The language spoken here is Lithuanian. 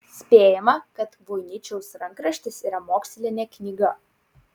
spėjama kad voiničiaus rankraštis yra mokslinė knyga